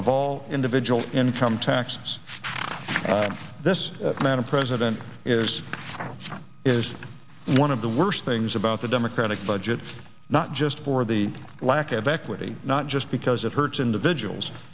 of all individual income taxes this man a president is is one of the worst things about the democratic budget not just for the lack of equity not just because it hurts individuals